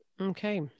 okay